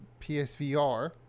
psvr